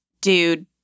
dude